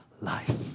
life